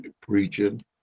preaching